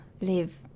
live